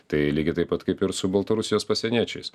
tai lygiai taip pat kaip ir su baltarusijos pasieniečiais